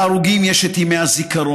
להרוגים יש את ימי הזיכרון,